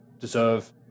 deserve